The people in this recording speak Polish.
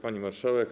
Pani Marszałek!